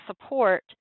support